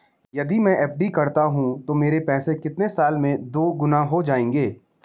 यदि मैं एफ.डी करता हूँ तो मेरे पैसे कितने साल में दोगुना हो जाएँगे?